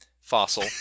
Fossil